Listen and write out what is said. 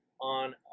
on –